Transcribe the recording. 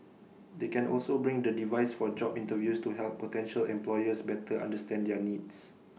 they can also bring the device for job interviews to help potential employers better understand their needs